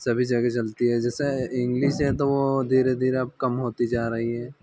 सभी जगह चलती है जैसे इंगलिश है तो वह धीरे धीरे अब कम होती जा रही है